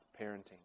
parenting